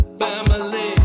family